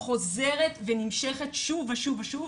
חוזרת ונמשכת שוב ושוב ושוב,